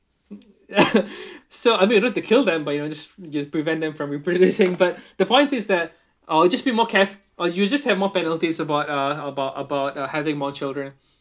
so I mean not to kill them but you know just just prevent them from reproducing but the point is that uh just be more care~ or you'll just have more penalties about about about uh having more children